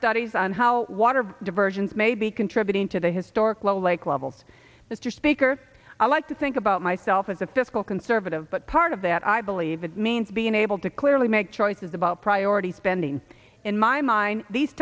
studies on how water diversions may be contributing to the historic low lake levels mr speaker i like to think about myself as a fiscal conservative but part of that i believe it means being able to clearly make choices about priorities spending in my mind these